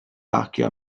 bacio